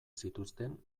zituzten